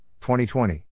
2020